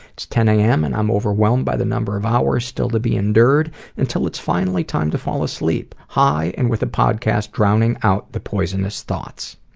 it's ten am and i'm overwhelmed by the number of hours still to be endured until it's finally time to fall asleep, high, and with the podcast drowning out the poisonous thoughts.